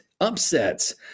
upsets